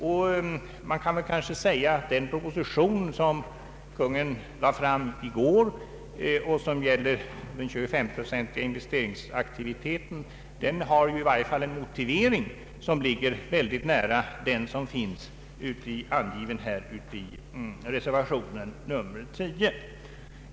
Man kan väl säga att den proposition som Kungl. Maj:t lade fram i går om en 25-procentig investeringsavgift i varje fall har en motivering, som ligger mycket nära den som angivits i reservationen 10.